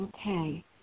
Okay